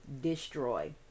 destroy